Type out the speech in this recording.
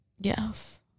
Yes